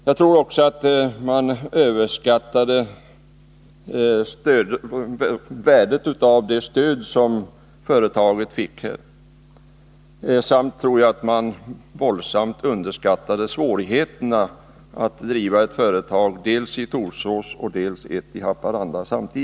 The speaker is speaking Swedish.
Jag tror också att man överskattade värdet av det stöd som företaget fick samt att man våldsamt underskattade svårigheterna att driva ett företag samtidigt i Torsås och Haparanda.